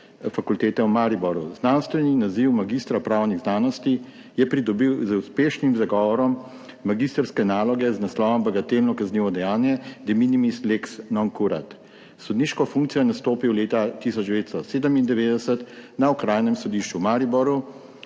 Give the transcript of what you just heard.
Fakultete v Mariboru. Znanstveni naziv magistra pravnih znanosti je pridobil z uspešnim zagovorom magistrske naloge z naslovom Bagatelno (kaznivo) dejanje – De minimis lex non curat? Sodniško funkcijo je nastopil leta 1997 na Okrajnem sodišču v Mariboru